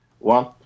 One